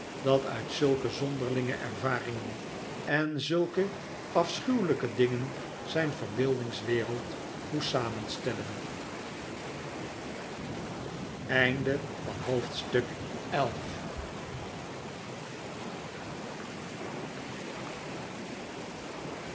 dat uit zulke zonderlinge ervaringen en zulke afschuwelijke dingen zijn verbeeldingswereld moest samenstellen hoofdstuk